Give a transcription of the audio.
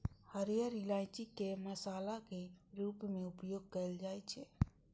हरियर इलायची के मसाला के रूप मे उपयोग कैल जाइ छै